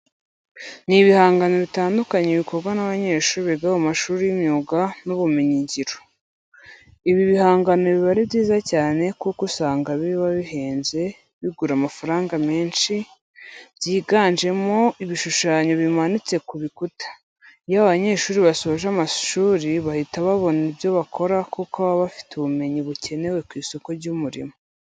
Ni ibihangano bitandukanye bikorwa n'abanyeshuri biga mu mashuri y'imyuga n'ubumenyingiro. Ibi bigangano biba ari byiza cyane kuko usanga biba bihenze bigura amafaranga menshi, byiganjemo ibishushanyo bimanitse ku rukuta. Iyo aba banyeshuri basoje amashuri bahita babona ibyo bakora kuko baba bafite ubumenyi bukenewe ku isoko ry'umurimo.